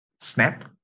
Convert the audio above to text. snap